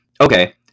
okay